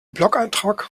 blogeintrag